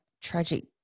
tragic